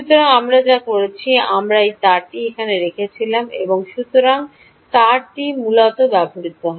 সুতরাং আমরা যা করেছি আমরা এই তারটি এখানে রেখেছিলাম সুতরাং এই তারটিটি মূলত ব্যবহৃত হয়